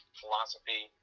philosophy